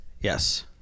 Yes